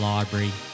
Library